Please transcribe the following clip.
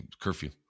curfew